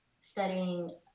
studying